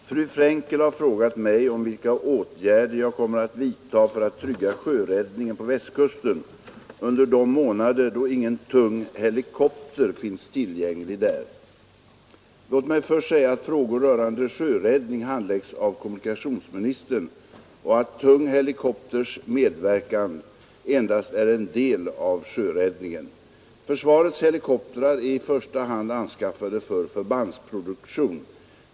Herr talman! Fru Frenkel har frågat mig vilka åtgärder jag kommer att vidta för att trygga sjöräddningen på Västkusten under de månader då ingen tung helikopter finns tillgänglig där. Låt mig först säga att frågor rörande sjöräddning handläggs av kommunikationsministern och att tung helikopters medverkan endast är en del av sjöräddningen. Försvarets helikoptrar är i första hand anskaffade för förbandsproduktion.